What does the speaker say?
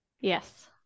Yes